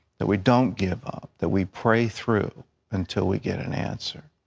that we don't give up, that we pray through until we get an answer.